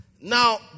Now